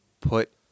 put